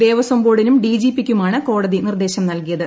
ദേവസ്വം ബോർഡിനും D G പിക്കുമാണ് കോടതി നിർദ്ദേശം നൽകിയത്